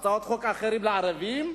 הצעות חוק אחרות לערבים,